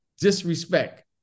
disrespect